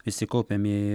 visi kaupiami